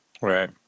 Right